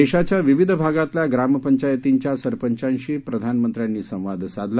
देशाच्या विविध भागातल्या ग्रामपंचायतींच्या सरपंचांशी प्रधानमंत्र्यांनी संवाद साधला